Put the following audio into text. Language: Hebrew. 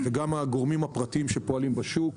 וגם הגורמים הפרטיים שפועלים בשוק.